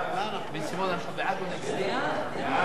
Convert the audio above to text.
החלטת ועדת הכספים בדבר צו מס ערך